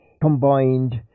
combined